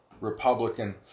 Republican